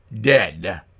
dead